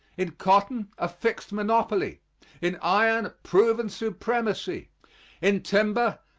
in cotton, a fixed monopoly in iron, proven supremacy in timber,